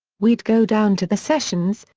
we'd go down to the sessions,